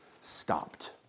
stopped